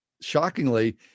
Shockingly